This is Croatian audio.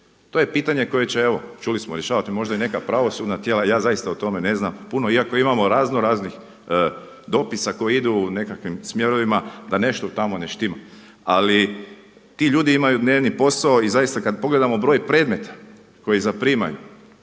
to je pitanje koje će evo čuli smo rješavati možda i neka pravosudna tijela. Ja zaista o tome ne znam puno, iako imamo raznoraznih dopisa koji idu u nekakvim smjerovima da nešto tamo ne štima. Ali ti ljudi imaju dnevni posao i zaista kada pogledamo broj predmeta koji zaprimaju